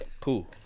Cool